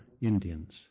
Indians